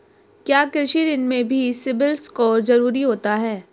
क्या कृषि ऋण में भी सिबिल स्कोर जरूरी होता है?